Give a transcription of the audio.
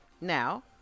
Now